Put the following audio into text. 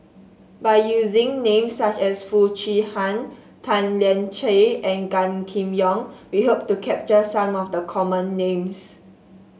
by using names such as Foo Chee Han Tan Lian Chye and Gan Kim Yong we hope to capture some of the common names